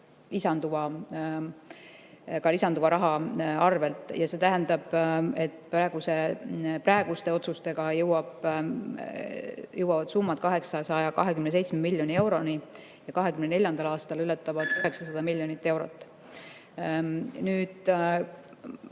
lisanduva raha arvel, ja see tähendab, et praeguste otsustega jõuavad summad 827 miljoni euroni ja 2024. aastal ületavad need 900 miljonit eurot. Kas